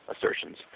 assertions